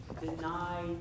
deny